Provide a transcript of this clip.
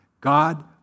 God